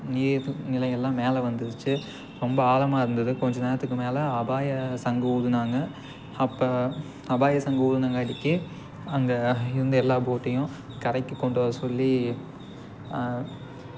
நீர்நிலைகள்லாம் மேலே வந்துருச்சு ரொம்ப ஆழமா இருந்தது கொஞ்சம் நேரத்துக்கு மேலே அபாயச் சங்கு ஊதினாங்க அப்போ அபாயச் சங்கு ஊதினங்காட்டிக்கு அங்கே இருந்த எல்லா போட்டையும் கரைக்குக் கொண்டுவர சொல்லி